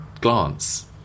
glance